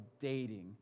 dating